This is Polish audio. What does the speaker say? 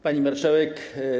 Pani Marszałek!